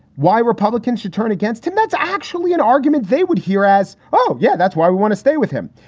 why republicans should turn against him. that's actually an argument they would hear as, oh, yeah, that's why we want to stay with him.